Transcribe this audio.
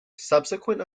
subsequent